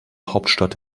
hauptstadt